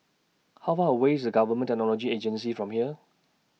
How Far away IS Government Technology Agency from here